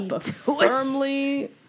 Firmly